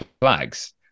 flags